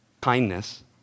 Kindness